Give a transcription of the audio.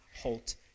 halt